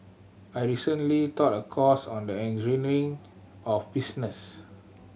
I recently taught a course on the of business